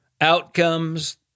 outcomes